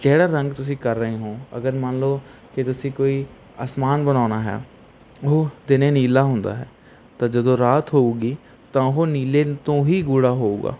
ਜਿਹੜਾ ਰੰਗ ਤੁਸੀਂ ਕਰ ਰਹੇ ਹੋ ਅਗਰ ਮੰਨ ਲਓ ਕਿ ਤੁਸੀਂ ਕੋਈ ਅਸਮਾਨ ਬਣਾਉਣਾ ਹੈ ਉਹ ਦਿਨੇ ਨੀਲਾ ਹੁੰਦਾ ਹੈ ਤਾਂ ਜਦੋਂ ਰਾਤ ਹੋਵੇਗੀ ਤਾਂ ਉਹ ਨੀਲੇ ਤੋਂ ਹੀ ਗੂੜ੍ਹਾ ਹੋਵੇਗਾ